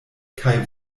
kaj